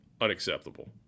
unacceptable